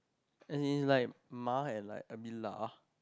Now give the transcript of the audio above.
as in is like ma and like a bit la